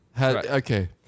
Okay